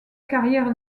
carrière